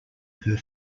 per